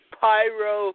pyro